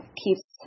keeps